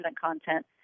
content